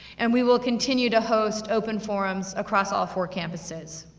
and we will continue to host open forums across all four campuses.